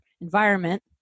environment